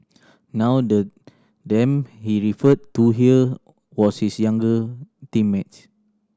now the them he referred to here was his younger teammates